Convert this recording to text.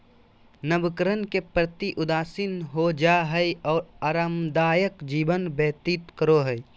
नवकरण के प्रति उदासीन हो जाय हइ और आरामदायक जीवन व्यतीत करो हइ